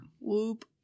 Whoop